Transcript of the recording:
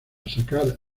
sacar